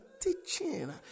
teaching